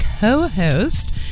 co-host